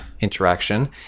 interaction